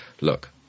look